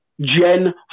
Jen